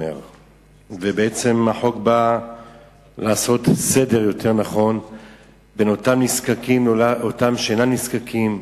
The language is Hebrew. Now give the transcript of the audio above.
בעצם החוק בא לעשות סדר בין אותם נזקקים ואותם שאינם נזקקים,